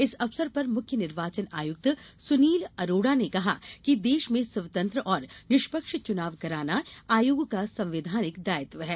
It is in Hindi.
इस अवसर पर मुख्य निर्वाचन आयुक्त सुनील अरोड़ा ने कहा कि देश में स्वतंत्र और निष्पक्ष चुनाव कराना आयोग का संवैधानिक दायित्व है